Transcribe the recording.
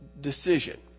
decision